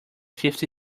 fifty